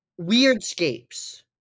Weirdscapes